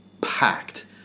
Packed